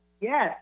Yes